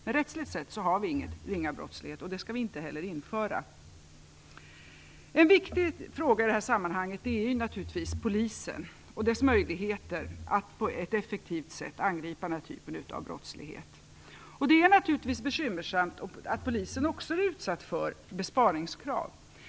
Men rättsligt sett finns inte ringa brottslighet, och vi skall inte heller införa det. En viktig fråga i det här sammanhanget är naturligtvis Polisen och dess möjligheter att på ett effektivt sätt angripa den här typen av brottslighet. Det är naturligtvis bekymmersamt att Polisen också är utsatt för besparingskrav.